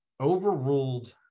overruled